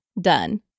done